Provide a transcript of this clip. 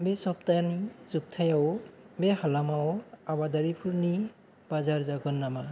बे सप्ताहनि जोबथायाव बे हालामाव आबादारिफोरनि बाजार जागोन नामा